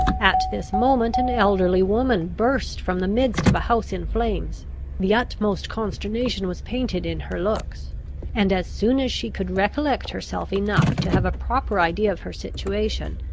at this moment an elderly woman burst from the midst of a house in flames the utmost consternation was painted in her looks and, as soon as she could recollect herself enough to have a proper idea of her situation,